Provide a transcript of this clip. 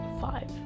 five